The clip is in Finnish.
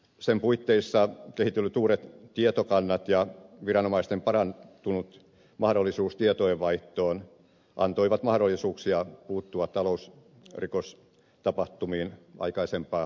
sen puitteissa kehitellyt uudet tietokannat ja viranomaisten parantunut mahdollisuus tietojenvaihtoon antoivat mahdollisuuksia puuttua talousrikostapahtumiin aikaisempaa tehokkaammin